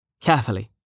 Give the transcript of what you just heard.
Carefully